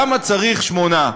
למה צריך שמונה?